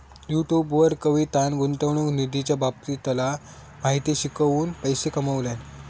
YouTube वर कवितान गुंतवणूक निधीच्या बाबतीतली माहिती शिकवून पैशे कमावल्यान